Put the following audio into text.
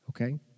Okay